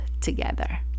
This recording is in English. together